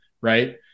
right